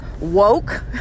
woke